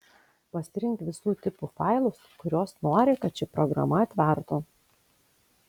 pasirink visų tipų failus kuriuos nori kad ši programa atvertų